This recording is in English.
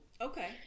Okay